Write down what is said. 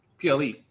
PLE